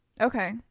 Okay